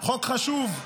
חוק חשוב,